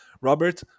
Robert